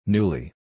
Newly